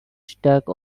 stuck